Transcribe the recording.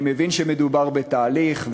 אני מבין שמדובר בתהליך,